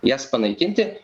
jas panaikinti